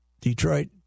Detroit